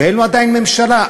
ואין לו עדיין ממשלה.